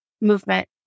movement